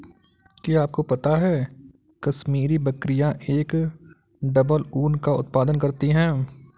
क्या आपको पता है कश्मीरी बकरियां एक डबल ऊन का उत्पादन करती हैं?